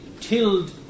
tilled